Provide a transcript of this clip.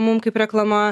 mum kaip reklama